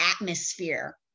atmosphere